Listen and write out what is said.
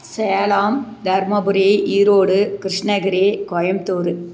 Salem Dharmapuri Erode Krishnagiri Coimbatore